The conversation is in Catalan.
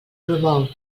promou